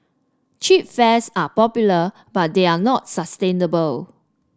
cheap fares are popular but they are not sustainable